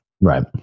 Right